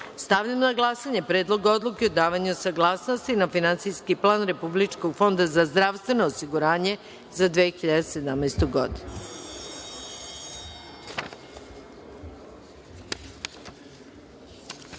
godinu. Stavljam na glasanje Predlog odluke o davanju saglasnosti za Finansijski plan Republičkog fonda za zdravstveno osiguranje za 2017.